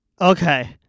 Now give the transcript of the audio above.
Okay